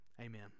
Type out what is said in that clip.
Amen